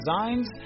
designs